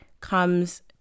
comes